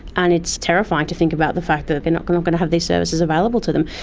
and it's terrifying to think about the fact that they are not going going to have these services available to them.